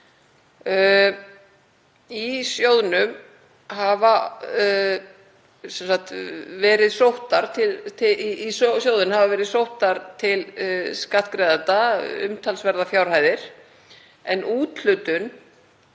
Í sjóðinn hafa verið sóttar til skattgreiðenda umtalsverðar fjárhæðir en úthlutun